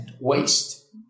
waste